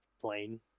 plane